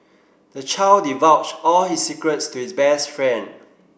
the child divulged all his secrets to his best friend